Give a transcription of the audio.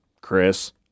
Chris